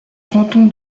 canton